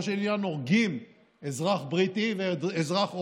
של עניין הורגים אזרח בריטי ואזרח רומני,